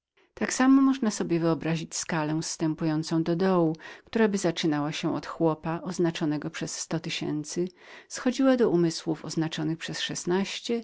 tak samo można sobie wyobrazić skalę zstępującą do dołu któraby zaczynała się od chłopa oznaczonego przez sto tysięcy schodziła do umysłów oznaczonych przez szesnaście